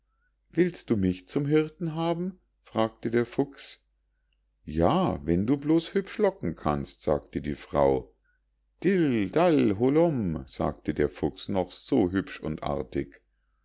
willst du mich zum hirten haben fragte der fuchs ja wenn du bloß hübsch locken kannst sagte die frau dil dal holom sagte der fuchs noch so hübsch und artig